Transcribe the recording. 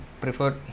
prefer